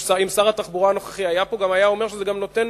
אם שר התחבורה הנוכחי היה פה, היה אומר שזה נותן,